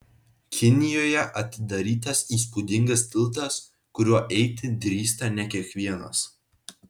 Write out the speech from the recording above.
kinijoje atidarytas įspūdingas tiltas kuriuo eiti drįsta ne kiekvienas